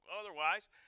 otherwise